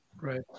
right